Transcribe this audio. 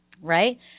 right